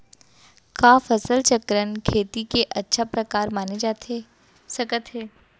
का फसल चक्रण, खेती के अच्छा प्रकार माने जाथे सकत हे?